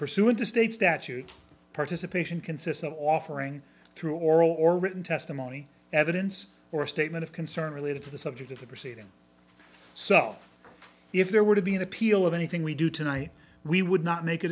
pursuant to state statute participation consistent offering through oral or written testimony evidence or a statement of concern related to the subject of the proceeding so if there were to be an appeal of anything we do tonight we would not make a